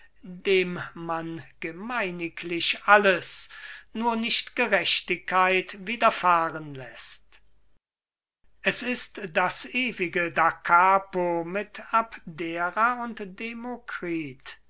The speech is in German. dem man gemeiniglich alles nur nicht gerechtigkeit widerfahren läßt es ist das ewige dacapo mit abdera und demokrit